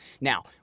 Now